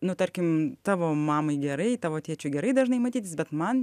nu tarkim tavo mamai gerai tavo tėčiui gerai dažnai matytis bet man